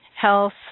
health